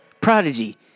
Prodigy